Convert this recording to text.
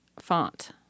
font